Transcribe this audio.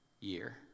year